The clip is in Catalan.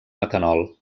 metanol